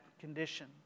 condition